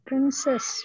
Princess